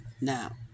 Now